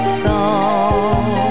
song